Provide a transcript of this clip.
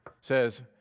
says